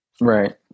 Right